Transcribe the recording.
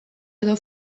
edo